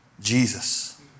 Jesus